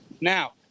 Now